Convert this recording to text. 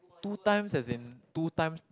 two times as in two times